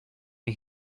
are